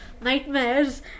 nightmares